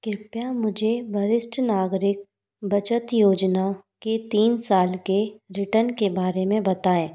कृपया मुझे वरिष्ठ नागरिक बचत योजना के तीन साल के रिटर्न के बारे में बताएँ